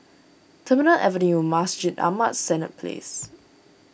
Terminal Avenue Masjid Ahmad Senett Place